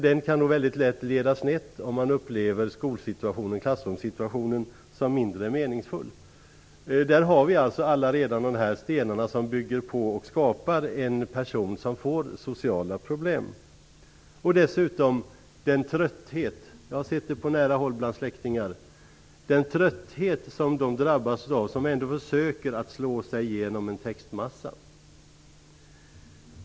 Den kan väldigt lätt leda snett om man upplever situationen i klassrummet som mindre meningsfull. Där har vi alltså redan de stenar som bygger på och skapar en person som får sociala problem. Dessutom drabbas de som ändå försöker att slå sig igenom en textmassa av trötthet. Jag har sett det på nära håll bland släktingar.